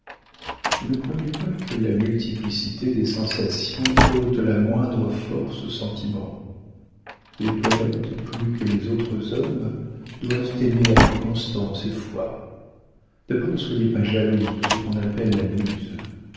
ne croyez pas que la multiplicité des sensations ôte la moindre force aux sentiments les poëtes plus que les autres hommes doivent aimer avec constance et foi d'abord ne soyez pas jalouse de ce qu'on appelle la muse